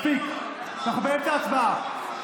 מספיק, אנחנו באמצע הצבעה.